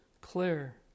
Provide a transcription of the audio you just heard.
Claire